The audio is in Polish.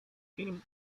film